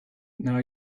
now